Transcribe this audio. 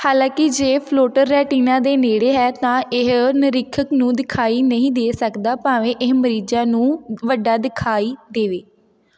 ਹਾਲਾਂਕਿ ਜੇ floater retina ਦੇ ਨੇੜੇ ਹੈ ਤਾਂ ਇਹ ਨਿਰੀਖਕ ਨੂੰ ਦਿਖਾਈ ਨਹੀਂ ਦੇ ਸਕਦਾ ਭਾਵੇਂ ਇਹ ਮਰੀਜ਼ਾਂ ਨੂੰ ਵੱਡਾ ਦਿਖਾਈ ਦੇਵੇ